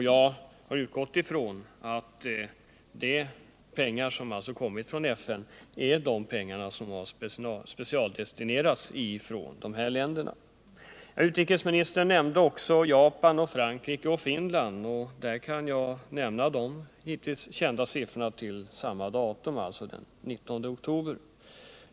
Jag har utgått ifrån att de pengar som kommit från FN just är sådana pengar som har specialdestinerats från dessa länder. Utrikesministern nämnde också Japan, Frankrike och Finland. I de fallen kan jag nämna de hittills, alltså till den 19 oktober, kända siffrorna.